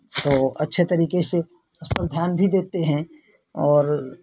तो अच्छे तरीके से उस पर ध्यान भी देते हैं और